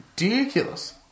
ridiculous